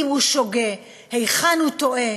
אם הוא שוגה, היכן הוא טועה,